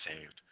saved